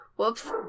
Whoops